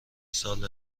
سال